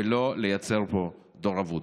ולא לייצר פה דור אבוד.